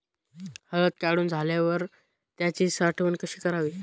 हळद काढून झाल्यावर त्याची साठवण कशी करावी?